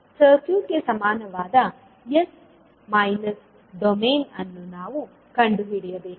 ಸರ್ಕ್ಯೂಟ್ಗೆ ಸಮಾನವಾದ s minus domain ಅನ್ನು ನಾವು ಕಂಡುಹಿಡಿಯಬೇಕು